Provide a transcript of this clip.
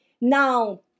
Now